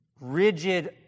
rigid